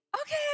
Okay